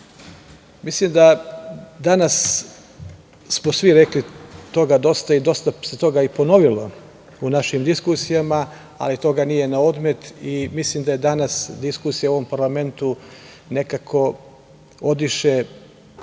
mislim da danas smo svi dosta toga rekli i dosta se toga ponovilo u našim diskusijama, ali toga nije na odmet i mislim da je danas diskusija u ovom parlamentu nekako odiše